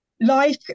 life